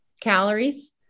calories